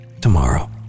Tomorrow